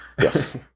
yes